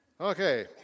Okay